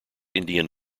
indian